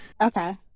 Okay